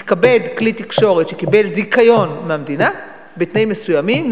יתכבד כלי תקשורת שקיבל זיכיון מהמדינה בתנאים מסוימים,